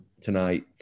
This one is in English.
tonight